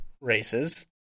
races